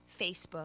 Facebook